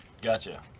gotcha